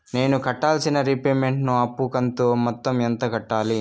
నేను కట్టాల్సిన రీపేమెంట్ ను అప్పు కంతు మొత్తం ఎంత కట్టాలి?